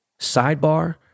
sidebar